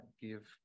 give